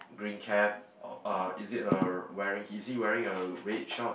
green cap or uh is it uh wearing is he wearing a red short